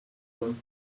him